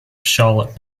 charlotte